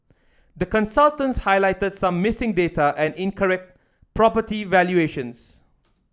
the consultants highlighted some missing data and incorrect property valuations